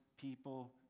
people